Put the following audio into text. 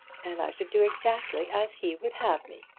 and i should do exactly as he would have me.